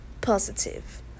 positive